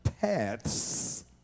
paths